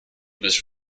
was